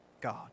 God